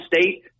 State